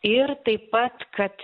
ir taip pat kad